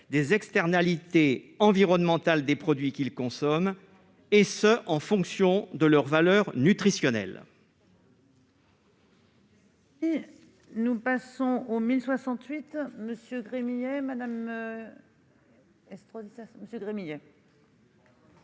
des externalités environnementales des produits qu'ils consomment, et ce en fonction de leur valeur nutritionnelle.